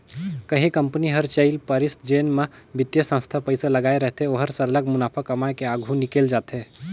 कहीं कंपनी हर चइल परिस जेन म बित्तीय संस्था पइसा लगाए रहथे ओहर सरलग मुनाफा कमाए के आघु निकेल जाथे